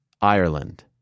Ireland